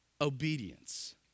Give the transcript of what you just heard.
Obedience